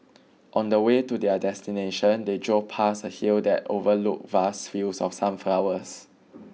on the way to their destination they drove past a hill that overlooked vast fields of sunflowers